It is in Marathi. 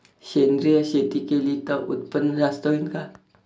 सेंद्रिय शेती केली त उत्पन्न जास्त होईन का?